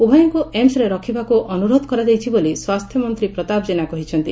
ଉଭୟଙ୍କୁ ଏମ୍ସରେ ରଖିବାକୁ ଅନୁରୋଧ କରାଯାଇଛି ବୋଲି ସ୍ୱାସ୍ଥ୍ୟମନ୍ତୀ ପ୍ରତାପ ଜେନା କହିଛନ୍ତି